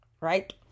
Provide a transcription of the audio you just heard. right